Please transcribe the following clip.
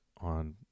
on